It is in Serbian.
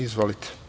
Izvolite.